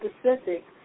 specific